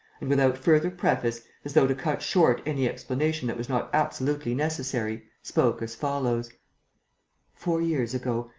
and without further preface, as though to cut short any explanation that was not absolutely necessary, spoke as follows four years ago,